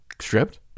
stripped